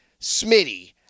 Smitty